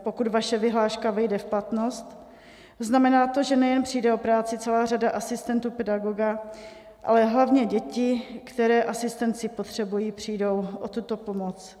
Pokud vaše vyhláška vejde v platnost, znamená to, že nejen přijde o práci celá řada asistentů pedagoga, ale hlavně děti, které asistenci potřebují, přijdou o tuto pomoc.